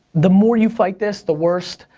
the more you fight this, the worst.